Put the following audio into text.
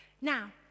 Now